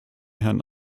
herrn